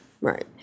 Right